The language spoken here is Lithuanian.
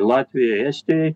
latvijai estijai